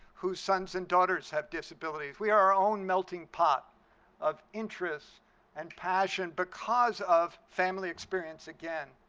whose sons and daughters have disabilities. we are our own melting pot of interests and passion because of family experience, again,